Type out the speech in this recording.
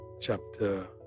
chapter